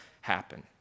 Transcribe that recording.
happen